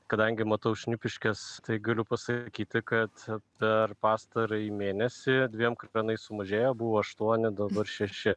kadangi matau šnipiškes tai galiu pasakyti kad per pastarąjį mėnesį dviem kranais sumažėjo buvo aštuoni dabar šeši